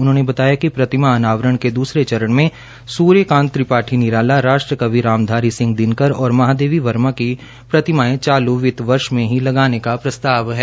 उन्होंने बताया कि प्रतिमा अनावरण के दूसरे चरण में सूर्यकांत त्रिपाठी निराला राष्ट्रकवि रामधारी सिंह दिनकर और महादेवी वर्मा की प्रतिमाएं चालू वित वर्ष में ही लगाने का प्रस्ताव है